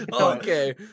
Okay